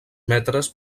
metres